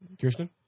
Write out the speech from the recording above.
Kirsten